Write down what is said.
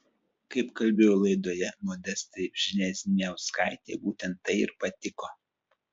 kaip kalbėjo laidoje modestai vžesniauskaitei būtent tai ir patiko